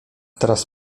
teraz